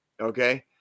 Okay